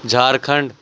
Jharkhand